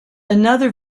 another